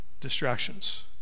distractions